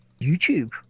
youtube